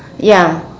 ya